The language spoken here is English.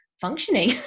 functioning